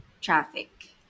traffic